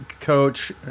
coach